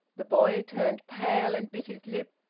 the boy turned pale, and bit his lip,